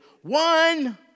one